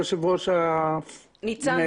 יושב-ראש מנהלי יחידות --- ניצן,